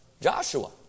Joshua